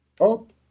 Up